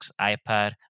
iPad